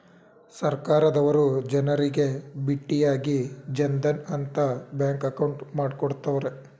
ಸರ್ಕಾರದವರು ಜನರಿಗೆ ಬಿಟ್ಟಿಯಾಗಿ ಜನ್ ಧನ್ ಅಂತ ಬ್ಯಾಂಕ್ ಅಕೌಂಟ್ ಮಾಡ್ಕೊಡ್ತ್ತವ್ರೆ